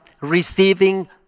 receiving